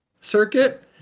circuit